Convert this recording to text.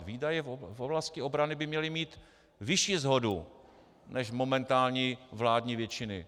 Výdaje v oblasti obrany by měly mít vyšší shodu než momentální vládní většiny.